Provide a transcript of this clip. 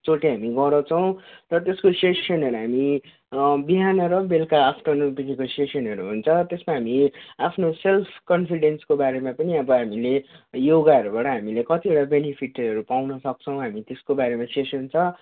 चोटि हामी गराउँछौँ र त्यसको सेसनहरू हामी बिहान र बेलुका आफ्टरनुनपछिको सेसनहरू हुन्छ त्यसमा हामी आफ्नो सेल्फ कन्फिडेन्सको बारेमा पनि अब हामीले योगाहरूबाट हामीले कतिवटा बेनिफिटहरू पाउन सक्छौँ हामी त्यसको बारेमा सेसन छ